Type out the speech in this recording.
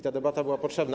Ta debata była potrzebna.